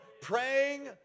praying